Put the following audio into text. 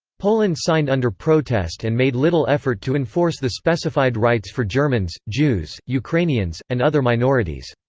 poland signed under protest and made little effort to enforce the specified rights for germans, jews, ukrainians, and other minorities.